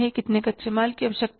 कितने कच्चे माल की आवश्यकता है